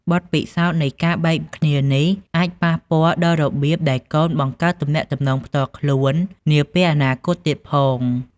បទពិសោធន៍នៃការបែកគ្នានេះ អាចប៉ះពាល់ដល់របៀបដែលកូនបង្កើតទំនាក់ទំនងផ្ទាល់ខ្លួននាពេលអនាគតទៀតផង។